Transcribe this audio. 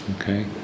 Okay